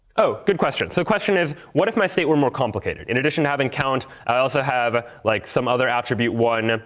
oh, good question. so the question is, what if my state were more complicated? in addition to having count, i also have ah like some other attribute one